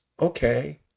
okay